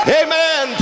amen